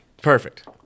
Perfect